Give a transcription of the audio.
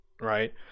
right